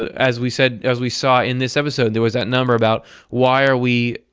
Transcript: as we said, as we saw in this episode, there was that number about why are we.